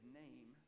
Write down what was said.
name